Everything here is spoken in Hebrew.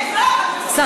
יפה מאוד,